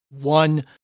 one